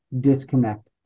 disconnect